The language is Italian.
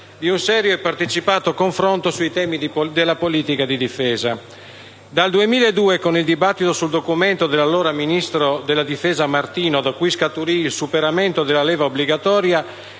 di un serio e partecipato confronto sui temi della politica di difesa. Dal 2002, con il dibattito sul documento dell'allora ministro della difesa, Martino, da cui scaturì il superamento della leva obbligatoria,